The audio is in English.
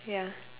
ya